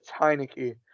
Heineke